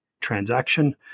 transaction